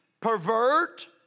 pervert